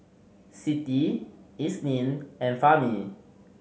Siti Isnin and Fahmi